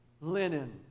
linen